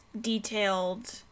detailed